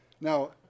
Now